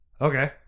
Okay